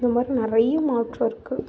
இந்த மாதிரி நிறைய மாற்றம் இருக்கு